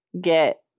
get